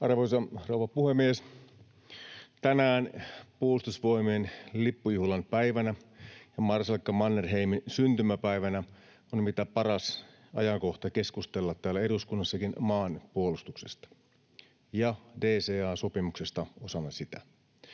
Arvoisa rouva puhemies! Tänään puolustusvoimain lippujuhlan päivänä ja marsalkka Mannerheimin syntymäpäivänä on mitä parhain ajankohta keskustella täällä eduskunnassakin maan puolustuksesta ja DCA-sopimuksesta osana sitä,